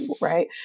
Right